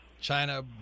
China